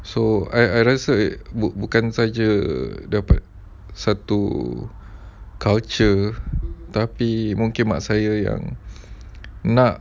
so I I rasa eh bukan saja dapat satu culture tapi mungkin mak saya yang nak